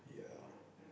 yeah